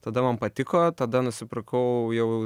tada man patiko tada nusipirkau jau